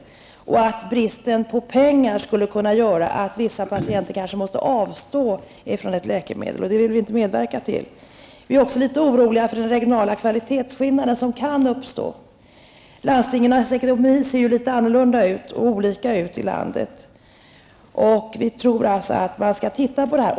Jag sade att bristen på pengar skulle kunna göra att vissa patienter kanske måste avstå från ett läkemedel. Det vill vi inte medverka till. Vi är också litet oroliga för den regionala kvalitetsskillnad som kan uppstå. De olika landstingens ekonomi ser ju litet olika ut. Vi tror alltså att man skall se över det här.